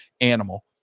animal